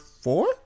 four